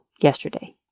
yesterday